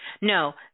No